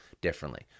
differently